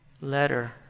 letter